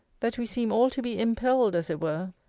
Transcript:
that we seem all to be impelled, as it were,